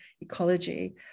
ecology